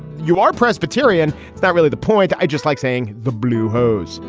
you are presbyterian. is that really the point? i just like saying the blue hose,